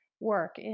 work